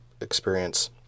experience